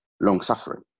long-suffering